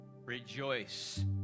rejoice